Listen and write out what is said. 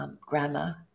Grammar